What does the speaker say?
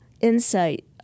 insight